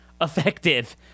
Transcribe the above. effective